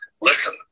listen